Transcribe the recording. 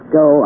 go